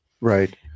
Right